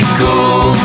cool